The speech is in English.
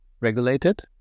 regulated